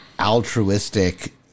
altruistic